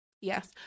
Yes